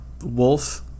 Wolf